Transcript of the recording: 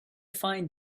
find